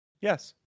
Yes